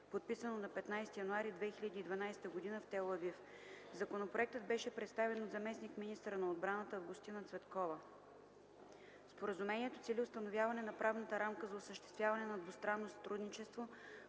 подписано на 15 януари 2012 г. в Тел Авив. Законопроектът беше представен от заместник-министъра на отбраната Августина Цветкова. Споразумението цели установяване на правната рамка за осъществяване на двустранно сътрудничество